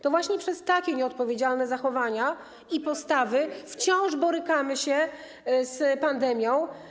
To właśnie przez takie nieodpowiedzialne zachowania i postawy wciąż borykamy się z pandemią.